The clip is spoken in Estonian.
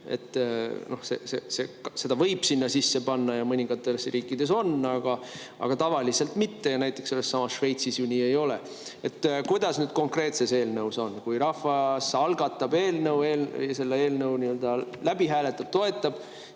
võib sinna sisse panna ja mõningates riikides see nii on, aga tavaliselt mitte. Näiteks sellessamas Šveitsis ju nii ei ole. Kuidas konkreetses eelnõus on? Kui rahvas algatab eelnõu ja selle eelnõu nii-öelda läbi hääletab, seda